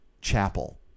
chapel